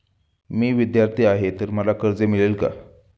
मी विद्यार्थी आहे तर मला कर्ज मिळेल का?